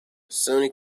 sony